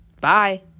Bye